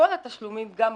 בכל התשלומים גם אחרי,